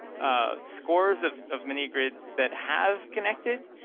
ah scores of of mini-grids that have connected,